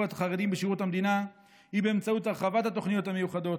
החרדים בשירות המדינה היא באמצעות הרחבת התוכניות המיוחדות,